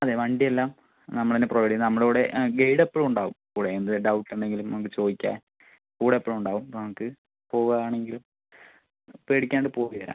അതെ വണ്ടി എല്ലാം നമ്മൾ തന്നെ പ്രൊവൈഡ് ചെയ്യും നമ്മൾ ഇവിടെ ആ ഗൈഡ് എപ്പോഴും ഉണ്ടാകും കൂടെ എന്ത് ഡൗട്ട് ഉണ്ടെങ്കിലും നമുക്ക് ചോദിക്കാം കൂടെ എപ്പോഴും ഉണ്ടാകും അപ്പം നമുക്ക് പോവുകയാണെങ്കിലും പേടിക്കാണ്ട് പോയി വരാം